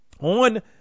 on